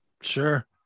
Sure